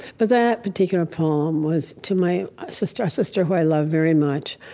but that particular poem was to my sister, a sister who i love very much,